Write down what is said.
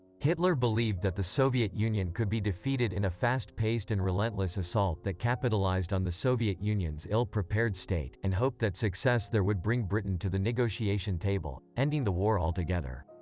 hitler believed that the soviet union could be defeated in a fast-paced and relentless assault that capitalized on the soviet union's ill-prepared state, and hoped that success there would bring britain to the negotiation table, ending the war altogether.